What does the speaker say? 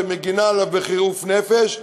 שמגינה עליו בחירוף נפש,